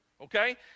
Okay